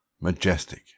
majestic